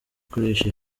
kurisha